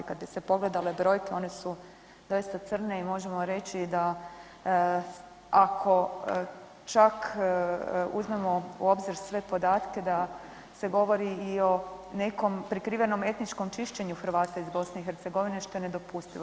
Kad bi se pogledale brojke oni su doista crne i možemo reći da ako čak uzmemo u obzir sve podatke da se govori i o nekom prikrivenom etničkom čišćenju Hrvata iz BiH što je nedopustivo.